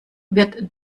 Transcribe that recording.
wird